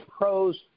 pro's